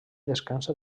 descansa